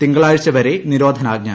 തിങ്കളാഴ്ച വരെ നിരോധനാജ്ഞ